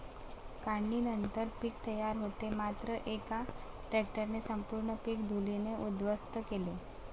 काढणीनंतर पीक तयार होते मात्र एका ट्रकने संपूर्ण पीक धुळीने उद्ध्वस्त केले